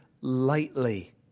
Lightly